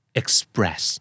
express